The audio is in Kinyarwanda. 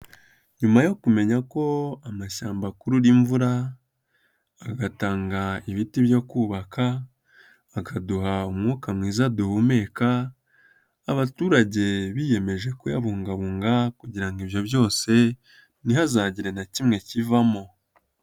Nyuma yo kumenya ko amashyamba akurura imvura, agatanga ibiti byo kubaka, akaduha umwuka mwiza duhumeka, abaturage biyemeje kuyabungabunga kugira ngo ibyo byose ntihazagire na kimwe kivamo.